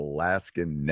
Alaskan